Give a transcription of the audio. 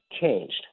changed